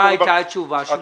מה הייתה התשובה שלהם?